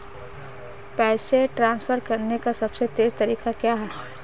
पैसे ट्रांसफर करने का सबसे तेज़ तरीका क्या है?